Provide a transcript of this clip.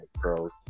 girls